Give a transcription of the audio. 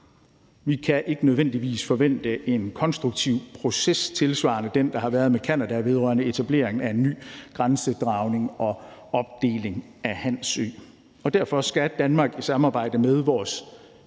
Vi kan ikke nødvendigvis forvente en konstruktiv proces tilsvarende den, der har været med Canada vedrørende etablering af en ny grænsedragning på og opdeling af Hans Ø, og derfor skal Danmark i samarbejde med vores